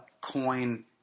coin